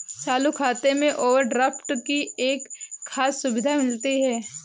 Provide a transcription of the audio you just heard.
चालू खाता में ओवरड्राफ्ट की एक खास सुविधा मिलती है